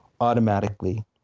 automatically